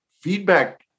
feedback